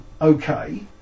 okay